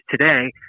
today